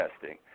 testing